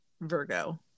Virgo